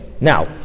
Now